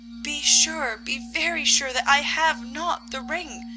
be sure, be very sure that i have not the ring.